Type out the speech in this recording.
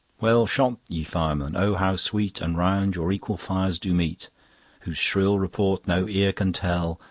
well shot, ye firemen! oh how sweet and round your equal fires do meet whose shrill report no ear can tell,